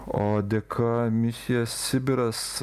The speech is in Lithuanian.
o dėka misija sibiras